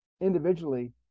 individually